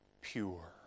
pure